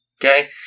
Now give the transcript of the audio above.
okay